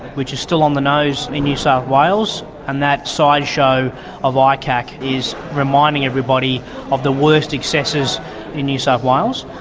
which is still on the nose in new south wales, and that sideshow of icac is reminding everybody of the worst excesses in new south wales.